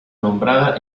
nombrada